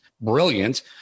brilliant